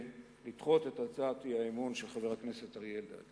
לדחות את הצעת האי-אמון של חבר הכנסת אריה אלדד.